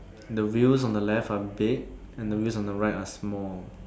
the wheels on the left are big and the wheels on the right are small